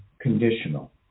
conditional